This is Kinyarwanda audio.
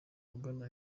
agana